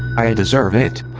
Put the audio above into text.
i deserve it!